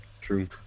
True